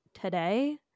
today